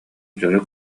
дьону